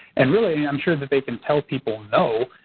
and really i'm sure that they can tell people no.